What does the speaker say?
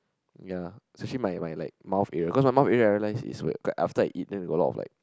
ya especially my my like mouth area because my mouth area I realize is after I eat then got a lot like